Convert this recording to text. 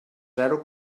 zero